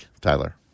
Tyler